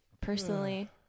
personally